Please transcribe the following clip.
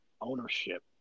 ownership